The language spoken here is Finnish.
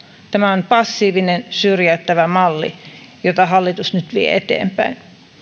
tämä on passiivinen syrjäyttävä malli jota hallitus nyt vie eteenpäin